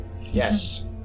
Yes